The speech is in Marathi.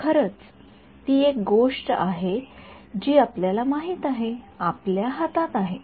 तर खरंच ती एक गोष्ट आहे जी आपल्याला माहित आहे आपल्या हातात आहे